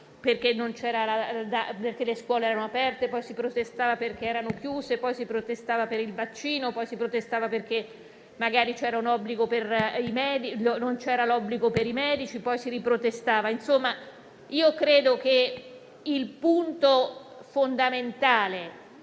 perché le scuole erano aperte; poi si protestava perché erano chiuse; poi si protestava per il vaccino; poi si protestava perché magari non c'era l'obbligo per i medici. Insomma, io credo che il punto fondamentale